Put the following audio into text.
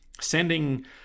sending